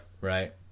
Right